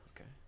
Okay